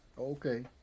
Okay